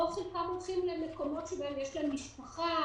או שחלקם רוצים למקומות שבהם יש להם משפחה,